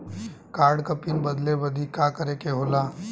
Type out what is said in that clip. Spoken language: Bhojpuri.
कार्ड क पिन बदले बदी का करे के होला?